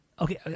okay